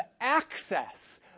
access